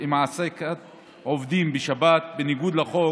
עם העסקת עובדים בשבת בניגוד לחוק